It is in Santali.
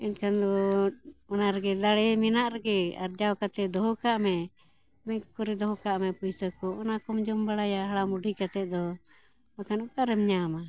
ᱮᱱᱠᱷᱟᱱ ᱫᱚ ᱚᱱᱟ ᱨᱮᱜᱮ ᱫᱟᱲᱮ ᱢᱮᱱᱟᱜ ᱨᱮᱜᱮ ᱟᱨᱡᱟᱣ ᱠᱟᱛᱮ ᱫᱚᱦᱚ ᱠᱟᱜ ᱢᱮ ᱢᱤᱫ ᱠᱚᱨᱮ ᱫᱚᱦᱚ ᱠᱟᱜ ᱢᱮ ᱵᱮᱝᱠ ᱠᱚᱨᱮ ᱫᱚᱦᱚ ᱠᱟᱜ ᱢᱮ ᱯᱩᱭᱥᱟᱹ ᱠᱚ ᱚᱱᱟ ᱠᱚᱢ ᱡᱚᱢ ᱵᱟᱲᱟᱭᱟ ᱦᱟᱲᱟᱢ ᱢᱩᱰᱷᱤ ᱠᱟᱛᱮ ᱫᱚ ᱚᱱᱠᱟᱱ ᱚᱠᱟᱨᱮᱢ ᱧᱟᱢᱟ